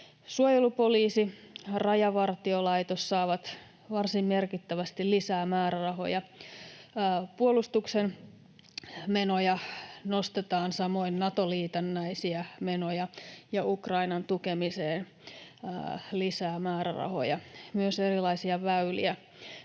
Suojelupoliisi ja Rajavartiolaitos saavat varsin merkittävästi lisää määrärahoja. Puolustuksen menoja nostetaan, samoin Nato-liitännäisiä menoja, ja Ukrainan tukemiseen tulee lisää määrärahoja. Myös erilaiset väylät